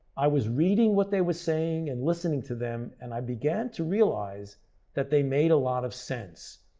i was reading what they were saying and listening to them and i began to realize that they made a lot of sense.